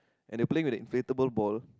and they were playing with the inflatable ball